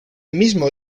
mismo